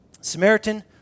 Samaritan